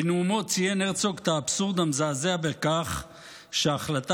בנאומו ציין הרצוג את האבסורד המזעזע בכך שההחלטה,